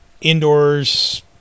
Indoors